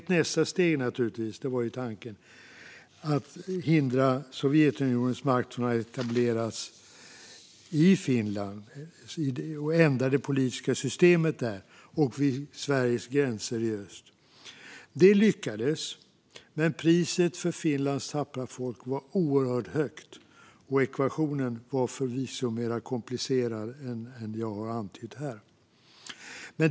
Tanken var naturligtvis att hindra Sovjetunionens makt från att etableras i Finland och ända det politiska systemet där och vid Sveriges gränser i öst. Det lyckades, men priset för Finlands tappra folk var oerhört högt. Ekvationen var förvisso mer komplicerad än jag har antytt här.